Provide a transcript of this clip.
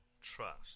trust